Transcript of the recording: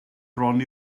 bron